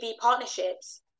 partnerships